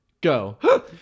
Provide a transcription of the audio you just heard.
go